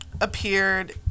appeared